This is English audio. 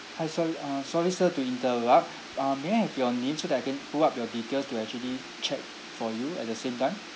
hi sorry uh sorry sir to interrupt um may I have your name so that I can pull up your details to actually check for you at the same time